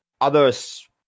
others